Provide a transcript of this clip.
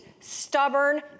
stubborn